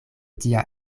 tia